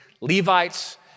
Levites